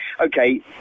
okay